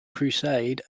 crusade